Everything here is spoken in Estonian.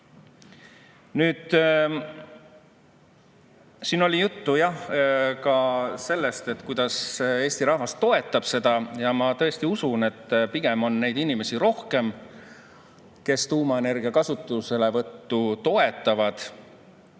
Siin oli juttu sellest, kuidas Eesti rahvas toetab seda, ja ma tõesti usun, et pigem on neid inimesi rohkem, kes tuumaenergia kasutuselevõttu toetavad.